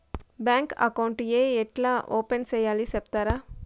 Bank account ఏ ఎట్లా open సేయాలి సెప్తారా?